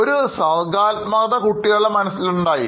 ഒരു സർഗാത്മകത കുട്ടികളുടെ മനസ്സിലുണ്ടായി